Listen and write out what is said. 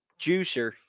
juicer